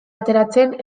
ateratzen